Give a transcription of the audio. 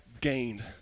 gained